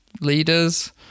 leaders